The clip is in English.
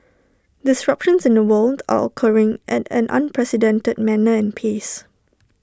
disruptions in the world are occurring at an unprecedented manner and pace